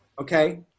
okay